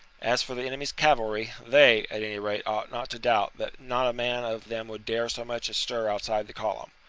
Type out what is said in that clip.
as for the enemy's cavalry, they at any rate ought not to doubt that not a man of them would dare so much as stir outside the column.